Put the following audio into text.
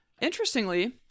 Interestingly